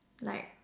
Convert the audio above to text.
like